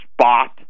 spot